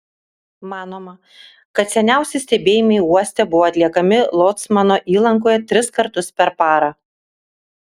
manoma kad seniausi stebėjimai uoste buvo atliekami locmano įlankoje tris kartus per parą